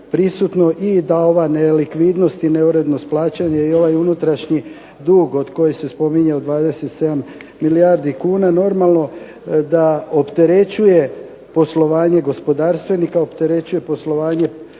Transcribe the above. i da ova nelikvidnost i neurednost plaćanja i ovaj unutrašnji dug koji se spominje od 27 milijardi kuna, normalno da opterećuje poslovanje gospodarstvenika, opterećuje poslovanje